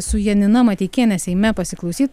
su janina mateikiene seime pasiklausyt